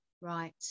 Right